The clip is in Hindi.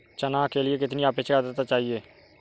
चना के लिए कितनी आपेक्षिक आद्रता चाहिए?